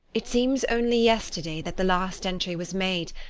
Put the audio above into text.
it seems only yesterday that the last entry was made,